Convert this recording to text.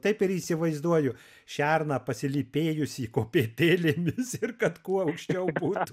taip ir įsivaizduoju šerną pasilypėjusį kopėtėlėmis ir kad kuo anksčiau būtų